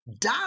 die